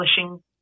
publishing